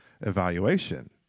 evaluation